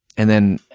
and then